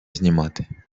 знімати